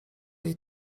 jej